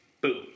Boom